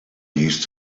used